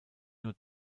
nur